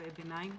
ממצאי בינתיים,